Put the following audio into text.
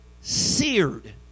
seared